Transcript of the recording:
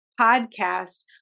podcast